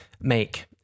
make